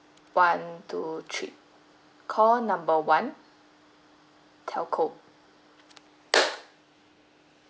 one two three call number one telco